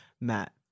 Matt